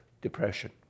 depression